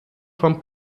vom